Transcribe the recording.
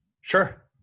Sure